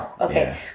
okay